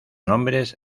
nombres